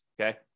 Okay